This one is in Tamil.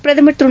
பிரதம் திரு